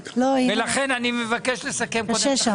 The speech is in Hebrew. אני חושב שצריך לפרסם את זה,